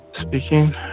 speaking